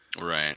right